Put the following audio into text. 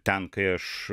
ten kai aš